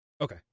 Okay